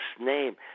name